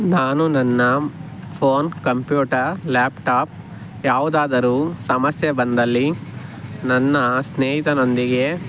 ನಾನು ನನ್ನ phone computer laptop ಯಾವುದಾದರೂ ಸಮಸ್ಯೆ ಬಂದಲ್ಲಿ ನನ್ನ ಸ್ನೇಹಿತನೊಂದಿಗೆ